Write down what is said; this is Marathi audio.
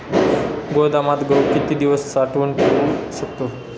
गोदामात गहू किती दिवस साठवून ठेवू शकतो?